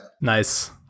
Nice